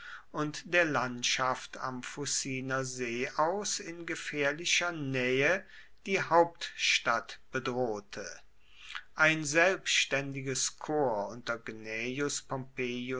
und der landschaft am fuciner see aus in gefährlicher nähe die hauptstadt bedrohte ein selbständiges korps unter